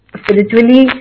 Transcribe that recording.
spiritually